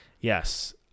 Yes